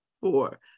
four